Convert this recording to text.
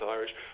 Irish